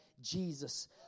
Jesus